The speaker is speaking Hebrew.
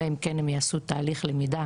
אלא אם כן הם יעשו תהליך למידה,